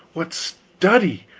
what study,